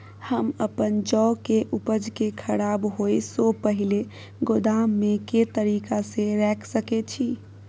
हम अपन जौ के उपज के खराब होय सो पहिले गोदाम में के तरीका से रैख सके छी?